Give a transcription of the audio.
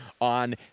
on